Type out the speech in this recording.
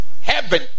heaven